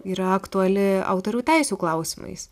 yra aktuali autorių teisių klausimais